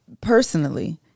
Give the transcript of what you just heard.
personally